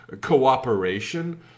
cooperation